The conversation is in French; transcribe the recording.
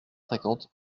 cinquante